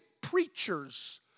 preachers